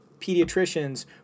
pediatricians